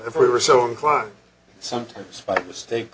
if we were so inclined sometimes by mistake